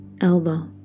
elbow